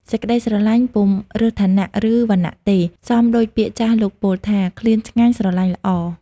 សេចក្ដីស្រលាញ់ពុំរើសឋានៈ ឬ វណ្ណៈទេ សមដូចពាក្យចាស់លោកពោលថា ឃ្លានឆ្ងាញ់ ស្រលាញ់ល្អ ។